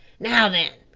now then,